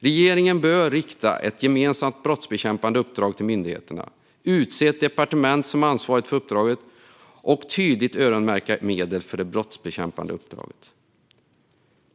Regeringen bör därför rikta ett gemensamt brottsbekämpande uppdrag till myndigheterna, utse ett departement som ansvarigt för uppdraget och tydligt öronmärka medel för det brottsbekämpande uppdraget.